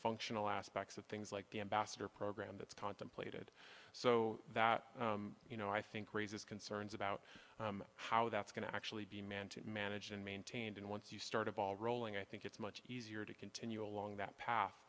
functional aspects of things like the ambassador program that's contemplated so that you know i think raises concerns about how that's going to actually be man to manage and maintained and once you start of all rolling i think it's much easier to continue along that path